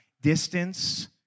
distance